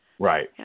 Right